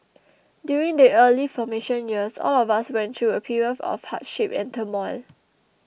during the early formation years all of us went through a period of hardship and turmoil